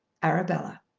arabella.